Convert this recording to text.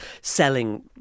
selling